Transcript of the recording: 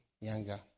younger